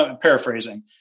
paraphrasing